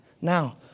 Now